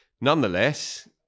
Nonetheless